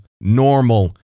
normal